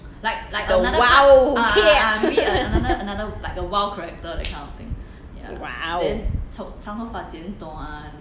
a wild kid !wow!